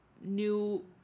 new